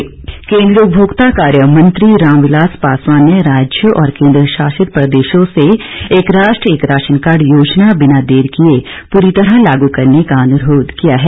ration card केन्द्रीय उपभोक्ता कार्य मंत्री रामविलास पासवान ने राज्यों और केन्द्रशासित प्रदेशों से एक राष्ट्र एक राशन कार्ड योजना बिना देर किए पूरी तरह लागू करने का अनुरोध किया है